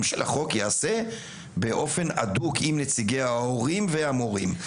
החוק ייעשה באופן הדוק עם נציגי המורים וההורים.